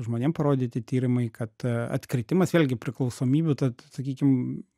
žmonėm parodyti tyrimai kad atkritimas vėlgi priklausomybių tat sakykim